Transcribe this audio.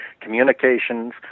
communications